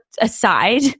aside